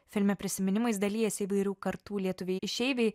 filme prisiminimais dalijasi įvairių kartų lietuviai išeiviai